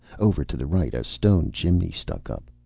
over to the right a stone chimney stuck up.